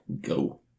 Go